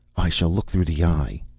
i shall look through the eye